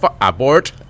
abort